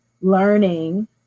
learning